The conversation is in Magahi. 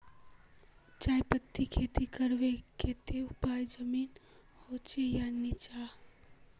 चाय पत्तीर खेती करवार केते ऊपर जमीन होचे या निचान?